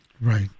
Right